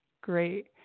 Great